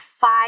five